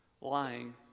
lying